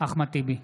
אחמד טיבי,